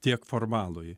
tiek formalųjį